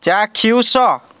ଚାକ୍ଷୁଷ